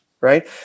right